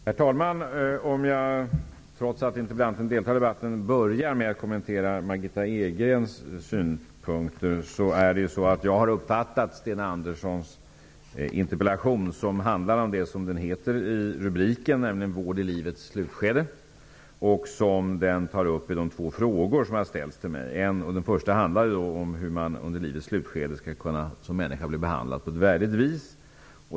Herr talman! Trots att interpellanten deltar i debatten börjar jag med att kommentera Margitta Edgrens synpunkter. Jag har uppfattat Sten Anderssons i Malmö interpellation på det sättet att den handlar om just det som står i dess rubrik, nämligen om vård i livets slutskede. Interpellationen tar också upp det som tas upp i två frågor som ställts till mig. Den första frågan handlar om hur man som människa i livets slutskede skall kunna bli behandlad på ett värdigt vis.